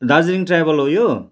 Darjeeling travel हो यो